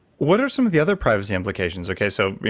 what are some of the other privacy implications? okay. so,